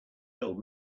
told